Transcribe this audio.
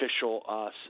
official